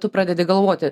tu pradedi galvoti